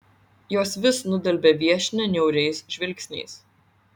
jos vis nudelbia viešnią niauriais žvilgsniais